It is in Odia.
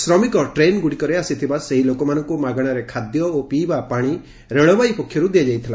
ଶ୍ରମିକ ଟ୍ରେନ୍ଗୁଡ଼ିକରେ ଆସିଥିବା ସେହି ଲୋକମାନଙ୍କୁ ମାଗଣାରେ ଖାଦ୍ୟ ଓ ପିଇବା ପାଣି ରେଳବାଇ ପକ୍ଷରୁ ଦିଆଯାଇଥିଲା